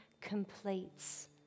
completes